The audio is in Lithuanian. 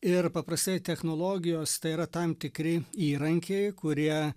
ir paprastai technologijos tai yra tam tikri įrankiai kurie